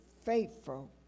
faithful